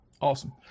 awesome